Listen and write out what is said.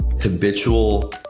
habitual